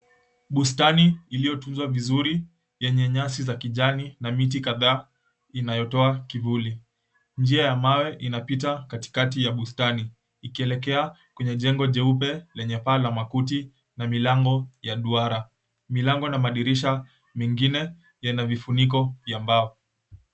Bustani iliyotunzwa vizuri yenye nyasi za kijani na miti kadhaa inayotoa kivuli. Njia ya mawe inapita katikati ya bustani ikielekea kwenye jengo jeupe lenye paa la makuti na milango ya duara. Milango na madirisha mengine yana vifuniko vya mbao.